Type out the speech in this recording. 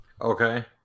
Okay